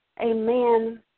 Amen